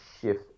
shift